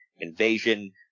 invasion